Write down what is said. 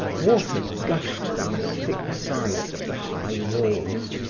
water gushed down the thick sides of the high walls,